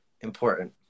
important